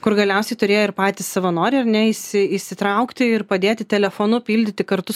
kur galiausiai turėjo ir patys savanoriai ar ne įsi įsitraukti ir padėti telefonu pildyti kartu